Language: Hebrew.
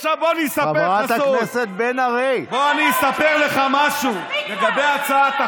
חברת הכנסת בן ארי, די, די.